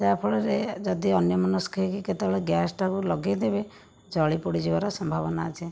ଯାହାଫଳରେ ଯଦି ଅନ୍ୟମନସ୍କ ହୋଇକି କେତେବେଳେ ଗ୍ୟାସ୍ଟାକୁ ଲଗାଇଦେବେ ଜଳିପୋଡ଼ିଯିବାର ସମ୍ଭାବନା ଅଛି